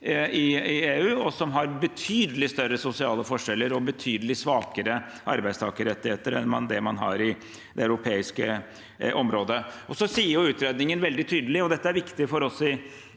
i EU, og som har betydelig større sosiale forskjeller og betydelig svakere arbeidstakerrettigheter enn det man har i det europeiske området. Så sier utredningen veldig tydelig, og dette er viktig for oss i